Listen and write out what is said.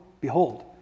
behold